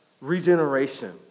regeneration